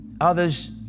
Others